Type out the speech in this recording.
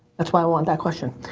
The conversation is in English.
that's why i want that question.